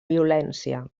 violència